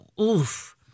oof